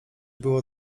było